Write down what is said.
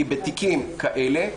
כי בתיקים כאלה,